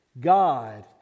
God